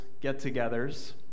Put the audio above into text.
get-togethers